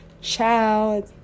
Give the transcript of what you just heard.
ciao